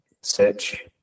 search